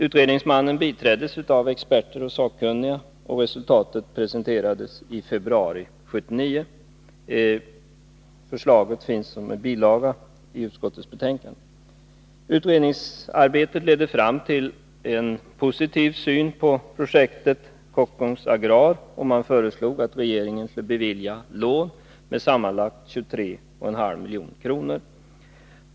Utredningsmannen biträdess av experter och sakkunniga, och resultatet presenterades i februari 1979. Förslaget finns som bilaga i utskottets betänkande. Utredningsarbetet ledde fram till en positiv syn på projektet Kockums Agrar, och utredningsmannen föreslog att regeringen skulle bevilja lån med sammanlagt 23,5 milj.kr.